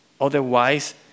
Otherwise